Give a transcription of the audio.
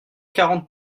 quarante